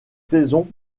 saison